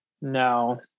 no